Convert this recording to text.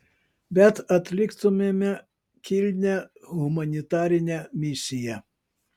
bet atliktumėme kilnią humanitarinę misiją